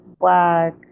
Black